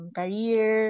career